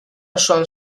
osoan